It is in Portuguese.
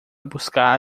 buscar